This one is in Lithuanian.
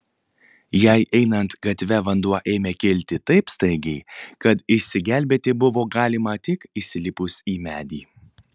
jai einant gatve vanduo ėmė kilti taip staigiai kad išsigelbėti buvo galima tik įsilipus į medį